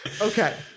Okay